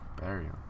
Burial